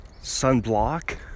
sunblock